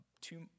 two